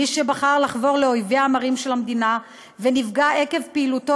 מי שבחר לחבור לאויביה המרים של המדינה ונפגע עקב פעילותו